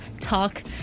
talk